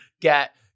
get